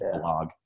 blog